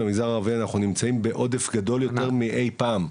ובמגזר הערבי אנחנו נמצאים בעודף גדול יותר מאי פעם.